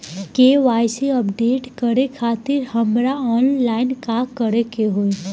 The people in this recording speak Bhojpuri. के.वाइ.सी अपडेट करे खातिर हमरा ऑनलाइन का करे के होई?